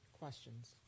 questions